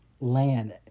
land